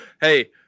Hey